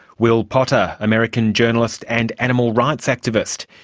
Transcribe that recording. will potter, american journalist and animal rights activist.